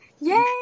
Yay